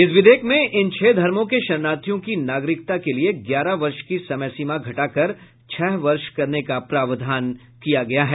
इस विधेयक में इन छह धर्मो के शरणार्थियों की नागरिकता के लिए ग्यारह वर्ष की समय सीमा घटाकर छह वर्ष करने का प्रावधान करता है